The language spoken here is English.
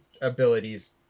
abilities